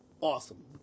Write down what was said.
awesome